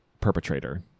perpetrator